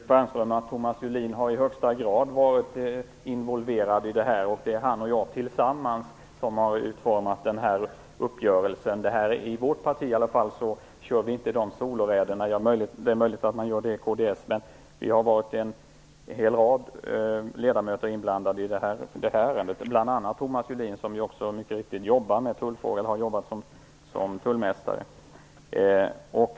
Herr talman! Thomas Julin har i högsta grad varit involverad i detta. Det är han och jag tillsammans som har utformat den här uppgörelsen. Vi i vårt parti gör inte soloräder. Det är möjligt att man gör det i kds. Det har varit en hel rad ledamöter inblandade i det här ärendet, bl.a. Thomas Julin. Han har ju mycket riktigt jobbat som tullmästare.